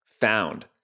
found